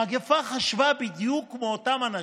המגפה חשבה בדיוק כמו אותם אנשים?